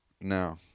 no